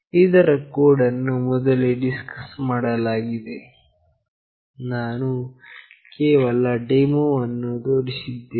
ಇದರ ಕೋಡ್ ಅನ್ನು ಮೊದಲೇ ಡಿಸ್ಕಸ್ ಮಾಡಲಾಗಿದೆ ನಾನು ಕೇವಲ ಡೆಮೋವನ್ನು ತೋರಿಸಿದ್ದಾಗಿದೆ